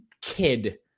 kid